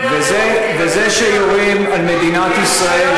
וזה שיורים על מדינת ישראל,